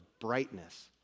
brightness